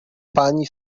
pani